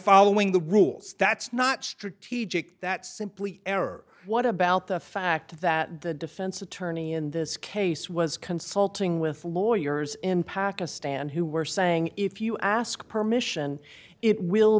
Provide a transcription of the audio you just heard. following the rules that's not strategic that simply error what about the fact that the defense attorney in this case was consulting with lawyers in pakistan who were saying if you ask permission it will